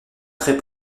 très